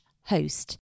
host